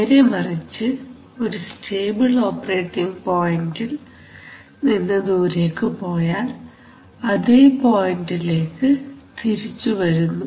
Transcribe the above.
നേരെ മറിച്ച് ഒരു സ്റ്റേബിൾ ഓപ്പറേറ്റിംഗ് പോയിന്റിൽ നിന്ന് ദൂരേക്കു പോയാൽ അതേ പോയിന്റിലേക്ക് തിരിച്ചു വരുന്നു